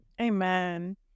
Amen